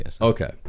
Okay